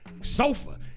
sofa